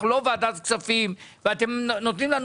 אנחנו לא ועדת כספים ואתם נותנים לנו